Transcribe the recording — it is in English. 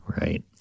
Right